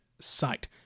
site